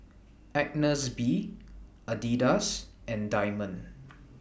Agnes B Adidas and Diamond